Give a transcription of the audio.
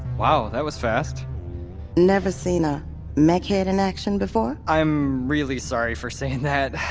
wow, that was fast never seen a mech-head in action before? i'm really sorry for saying that.